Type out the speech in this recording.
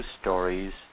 stories